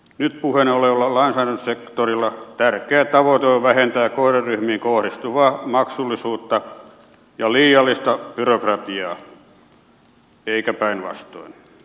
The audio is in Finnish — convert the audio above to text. nyt puheena olevan lainsäädännön sektorilla tärkeä tavoite on vähentää kohderyhmiin kohdistuvaa maksullisuutta ja liiallista byrokratiaa eikä päinvastoin